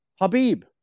Habib